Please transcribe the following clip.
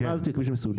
ברמה הזו הכביש מסודר.